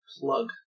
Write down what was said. plug